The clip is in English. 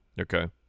okay